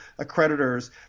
accreditors